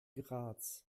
graz